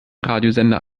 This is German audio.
radiosender